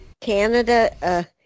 Canada